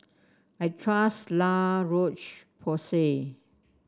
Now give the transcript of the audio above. I trust La Roche Porsay